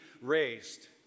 raised